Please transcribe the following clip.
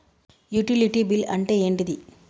Utility bill అంటే ఏంటిది?